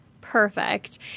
Perfect